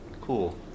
Cool